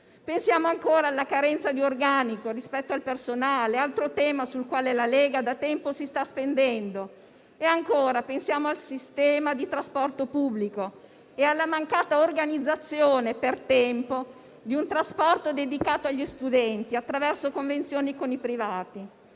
Pensiamo ancora alla carenza di organico rispetto al personale, altro tema sul quale la Lega da tempo si sta spendendo. Pensiamo al sistema di trasporto pubblico e alla mancata organizzazione per tempo di un trasporto dedicato agli studenti attraverso convenzioni con i privati.